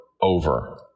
over